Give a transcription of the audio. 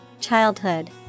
Childhood